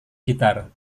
gitar